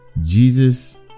jesus